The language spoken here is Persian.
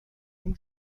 اون